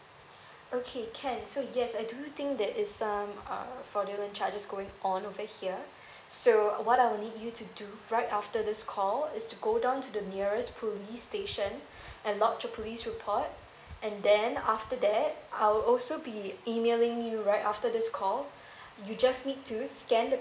okay can so yes I do think there is um err fraudulent charges going on over here so what I will need you to do right after this call is to go down to the nearest police station and lodge a police report and then after that I will also be emailing you right after this call you just need to scan the